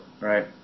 right